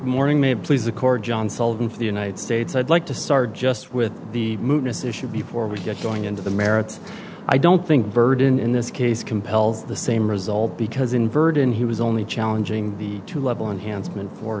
morning may please the court john sullivan for the united states i'd like to start just with the movements issue before we get going into the merits i don't think burden in this case compels the same result because in verdun he was only challenging the two level enhancement for